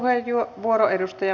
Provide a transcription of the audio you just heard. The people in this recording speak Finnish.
arvoisa puhemies